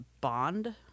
bond